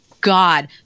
God